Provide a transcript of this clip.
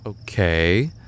Okay